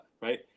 right